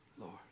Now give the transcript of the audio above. Lord